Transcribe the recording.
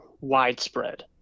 widespread